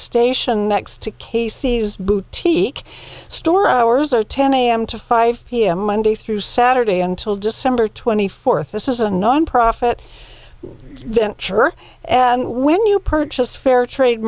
station next to casey's boutique store hours are ten am to five pm monday through saturday until december twenty fourth this is a nonprofit church and when you purchase fair trade